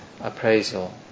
appraisal